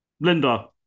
Linda